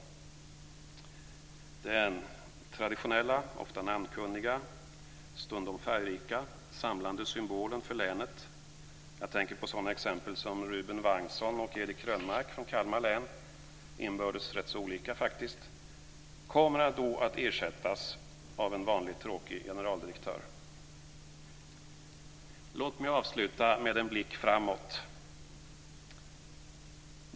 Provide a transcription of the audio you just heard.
Den traditionella, ofta namnkunniga, stundom färgrika, samlande symbolen för länet - jag tänker på sådana exempel som Ruben Wagnsson och Erik Krönmark från Kalmar län, inbördes faktiskt rätt så olika - kommer då att ersättas av en vanlig tråkig generaldirektör. Låt mig avsluta med en blick framåt.